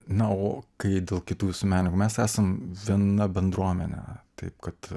na o kai dėl kitų visų menininkų mes esam viena bendruomenė taip kad